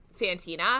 Fantina